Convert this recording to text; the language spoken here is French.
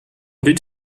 but